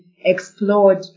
Explored